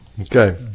Okay